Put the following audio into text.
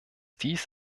dies